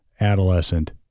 adolescent